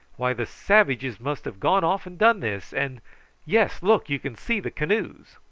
why, the savages must have gone off and done this, and yes, look, you can see the canoes.